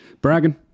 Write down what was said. Bragging